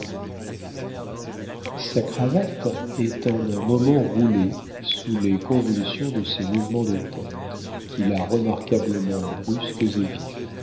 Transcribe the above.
sa cravate est en un moment roulée sous les convulsions de ses mouvements de tête qu'il a remarquablement brusques et vifs